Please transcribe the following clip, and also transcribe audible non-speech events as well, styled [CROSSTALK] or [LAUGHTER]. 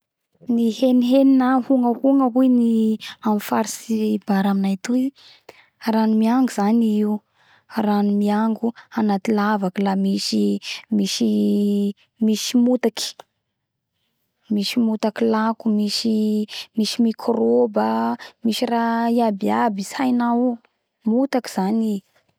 Ny heniheny na hognahogna hoy ny amy faritsy bara aminay atoy rano miango zany i io rano miango anaty lavaky la misy misy misy motaky misy motaky lako misy misy [UNINTELLIGIBLE] microbe misy rh iaby iaby tsy hainao io motaky zany